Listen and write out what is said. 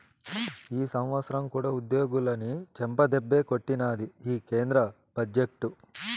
ఈ సంవత్సరం కూడా ఉద్యోగులని చెంపదెబ్బే కొట్టినాది ఈ కేంద్ర బడ్జెట్టు